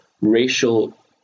racial